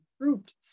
grouped